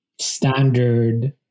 standard